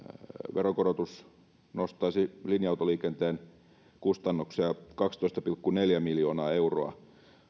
veronkorotus nostaisi linja autoliikenteen kustannuksia kaksitoista pilkku neljä miljoonaa euroa